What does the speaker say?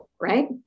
right